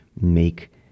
make